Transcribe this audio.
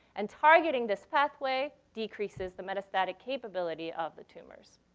and targeting this pathway decreases the metastatic capability of the tumors.